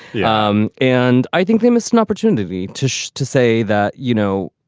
yeah um and i think they missed an opportunity to to say that, you know,